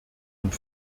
und